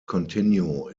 continue